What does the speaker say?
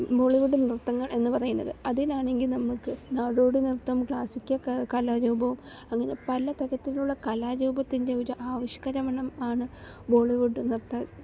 ബോളിവുഡ് നൃത്തങ്ങൾ എന്ന് പറയുന്നത് അതിലാണെങ്കിൽ നമുക്ക് നാടോടി നൃത്തം ക്ലാസ്സിക്കൽ കലാരൂപവും അങ്ങനെ പലതരത്തിലുള്ള കലാരൂപത്തിൻ്റെ ഒരു ആവിഷ്കരമണം ആണ് ബോളിവുഡ് നൃത്ത